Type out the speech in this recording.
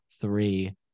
three